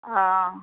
অ